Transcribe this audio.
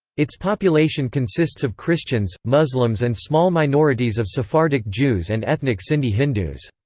its population consists of christians, muslims and small minorities of sephardic jews and ethnic sindhi hindus.